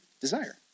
desire